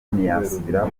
ntiyasubira